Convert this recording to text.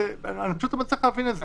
אני פשוט לא מצליח להבין את זה.